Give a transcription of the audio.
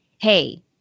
Hey